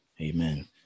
Amen